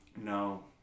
No